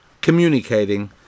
communicating